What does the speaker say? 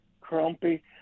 crumpy